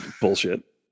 Bullshit